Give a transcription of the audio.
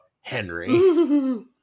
Henry